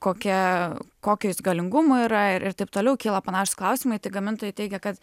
kokia kokio jis galingumo yra ir taip toliau kyla panašūs klausimai tai gamintojai teigia kad